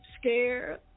scared